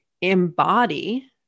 embody